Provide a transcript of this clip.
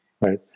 Right